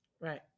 Right